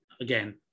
again